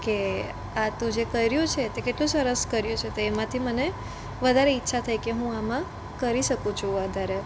કે આ તું જે કર્યું છે તે કેટલું સરસ કર્યું છે તો એમાંથી મને વધારે ઈચ્છા થઈ કે હું આમાં કરી શકું છું વધારે